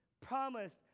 promised